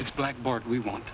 it's blackboard we want